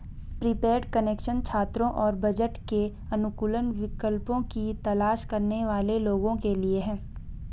prepaid connection छात्रों और budget के अनुकूल विकल्पों की तलाश करने वाले लोगों के लिए है